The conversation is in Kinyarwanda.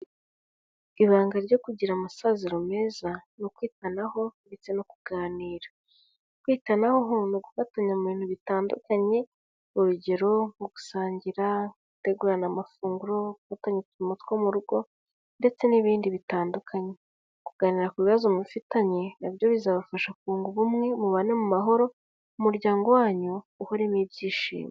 Ibanga ryo kugira amasaziro meza ni ukwitanaho ndetse no kuganira, kwitanaho ni ugufatanya mu bintu bitandukanye urugero nko gusangira, gutegurana amafunguro, gufatanya uturimo two mu rugo ndetse n'ibindi bitandukanye, kuganira ku bibazo mufitanye nabyo bizabafasha kunga ubumwe mubane mu mahoro, umuryango wanyu uhoremo ibyishimo.